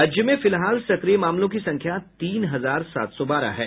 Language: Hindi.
राज्य में फिलहाल सक्रिय मामलों की संख्या तीन हजार सात सौ बारह है